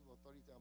authority